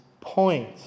point